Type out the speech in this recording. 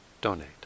donate